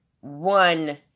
one